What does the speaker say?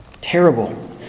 terrible